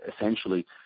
essentially